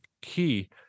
key